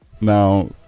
Now